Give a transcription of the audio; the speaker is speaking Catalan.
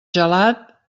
gelat